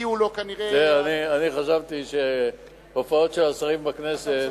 שהגיעו לו כנראה חשבתי שהופעות של השרים בכנסת